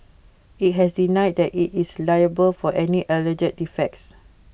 IT has denied that IT is liable for any alleged defects